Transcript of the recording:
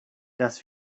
das